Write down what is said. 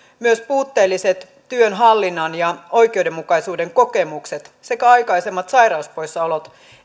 myös puutteelliset työn hallinnan ja oikeudenmukaisuuden kokemukset sekä aikaisemmat sairauspoissaolot